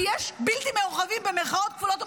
כי יש "בלתי מעורבים", במירכאות כפולות ומכופלות,